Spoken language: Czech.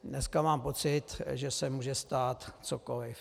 Dneska mám pocit, že se může stát cokoliv.